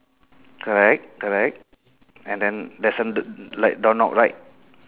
correct correct and then there's a the like door knob right